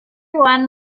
one